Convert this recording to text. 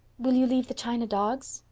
will you leave the china dogs?